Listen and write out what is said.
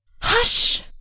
hush